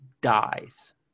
dies